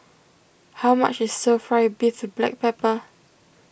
how much is Stir Fry Beef with Black Pepper